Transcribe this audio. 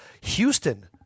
Houston